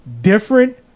different